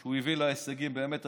שהוא הביא להישגים באמת עצומים.